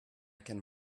can